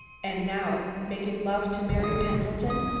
and now making love to mary pendleton,